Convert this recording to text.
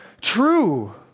true